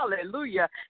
hallelujah